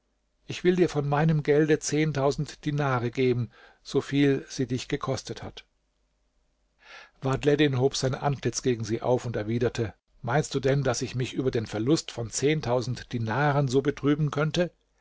ich will dir von meinem gelde dinare geben so viel sie dich gekostet hat vadhleddin hob sein antlitz gegen sie auf und erwiderte meinst du denn daß ich mich über den verlust von dinaren so betrüben könnte